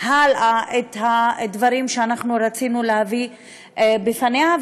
הלאה את הדברים שרצינו להביא בפניה,